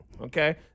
Okay